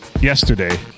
yesterday